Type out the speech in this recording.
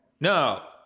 No